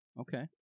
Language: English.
Okay